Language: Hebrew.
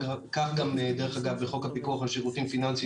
כך גם דרך אגב בחוק הפיקוח על שירותים פיננסיים